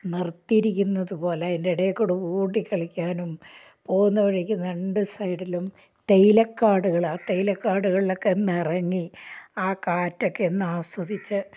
നിർത്തിയിരിക്കുന്നതു പോലെ അതിൻ്റെ ഇടയിൽ കൂടി ഓടിക്കളിക്കാനും പോകുന്ന വഴിക്ക് രണ്ട് സൈഡിലും തേയില കാടുകളാണ് ആ തേയിലക്കാടുകളിലൊക്കെ ഒന്നിറങ്ങി ആ കാറ്റൊക്കെ ഒന്ന് ആസ്വദിച്ച്